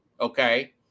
okay